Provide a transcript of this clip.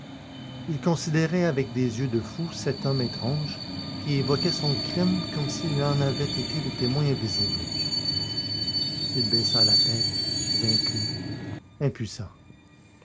il considérait avec des yeux de fou cet homme étrange qui évoquait son crime comme s'il en avait été le témoin invisible il baissa la tête vaincu impuissant